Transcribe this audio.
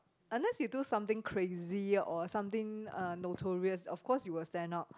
unless you do something crazy or something uh notorious of course you will stand out